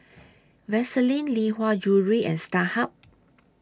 Vaseline Lee Hwa Jewellery and Starhub